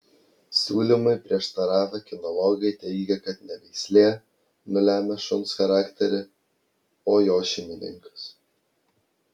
siūlymui prieštaravę kinologai teigia kad ne veislė nulemia šuns charakterį o jo šeimininkas